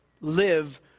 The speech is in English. live